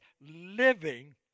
living